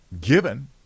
given